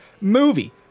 movie